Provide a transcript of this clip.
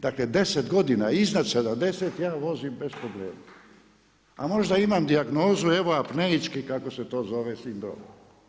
Dakle, 10 godina, iznad 70 ja vozim bez problema a možda imam dijagnozu evo apneički kako se to zove sindrom.